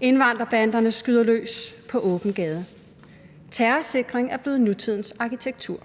indvandrerbanderne skyder løs på åben gade. Terrorsikring er blevet nutidens arkitektur.